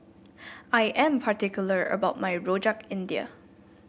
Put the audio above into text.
I am particular about my Rojak India